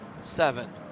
seven